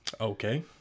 Okay